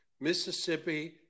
Mississippi